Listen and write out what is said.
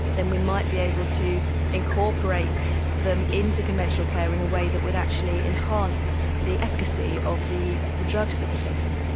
then we might be able to incorporate them into conventional care in a way that would actually enhance the efficacy of of the drugs that we are taking.